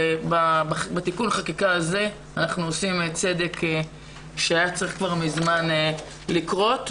ותיקון החקיקה הזה אנחנו עושים צדק שהיה צריך כבר מזמן לקרות.